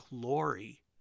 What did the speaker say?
glory